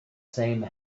same